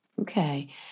Okay